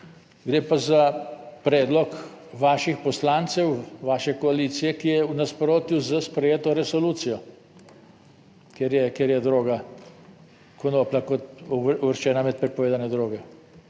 gre pa za predlog vaših poslancev, vaše koalicije, ki je v nasprotju s sprejeto resolucijo, ker je droga, konoplja kot uvrščena med prepovedane droge.